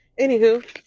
Anywho